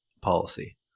policy